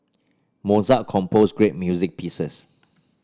Mozart composed great music pieces